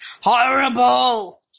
Horrible